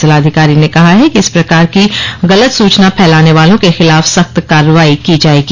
जिलाधिकारी ने कहा है कि इस प्रकार की गलत सूचना फैलाने वालों के खिलाफ सख्त कार्रवाई की जाएगी